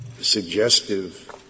suggestive